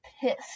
pissed